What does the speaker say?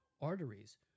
arteries